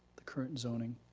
the current zoning.